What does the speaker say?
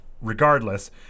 regardless